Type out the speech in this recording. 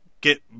get